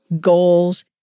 goals